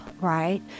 right